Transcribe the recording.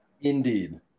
Indeed